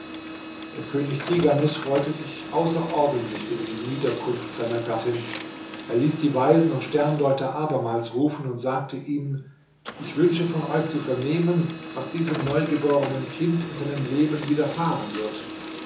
der könig tighanus freute sich außerordentlich über die niederkunft seiner gattin er ließ die weisen und sterndeuter abermals rufen und sagte ihnen ich wünsche von euch zu vernehmen was diesem neugeborenen kind in seinem leben widerfahren wird